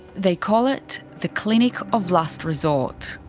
they call it the clinic of last resort.